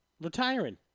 Retiring